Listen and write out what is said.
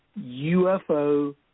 UFO